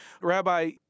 Rabbi